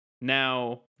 Now